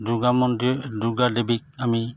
দুৰ্গা মন্দিৰ দুৰ্গা দেৱীক আমি